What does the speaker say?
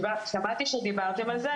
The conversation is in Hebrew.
שמעתי שדיברתם על זה,